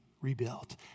rebuilt